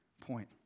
point